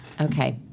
Okay